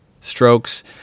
strokes